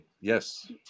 yes